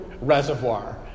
reservoir